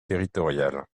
territorial